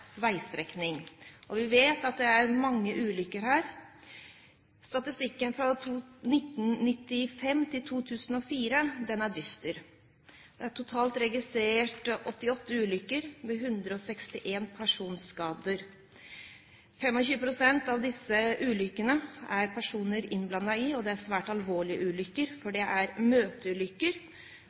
veistrekning, og vi vet at det er mange ulykker her. Statistikken fra 1995 til 2004 er dyster. Det er totalt registrert 88 ulykker, med 161 personskader. 25 pst. av disse ulykkene er det personer innblandet i, og det er svært alvorlige ulykker, for det er møteulykker